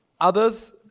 Others